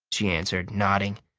she answered, nodding.